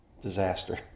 Disaster